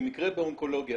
במקרה באונקולוגיה,